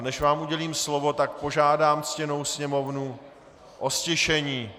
Než vám udělím slovo, tak požádám ctěnou sněmovnu o ztišení!